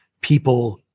people